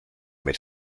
mit